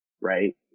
Right